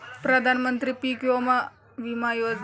प्रधानमंत्री पीक विमा योजनेसाठी अर्ज कसा करायचा?